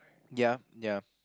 ya ya